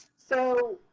so